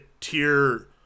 tier